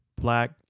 black